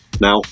now